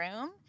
room